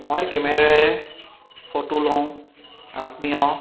মই কেমেৰাৰে ফটো লওঁ আত্মীয়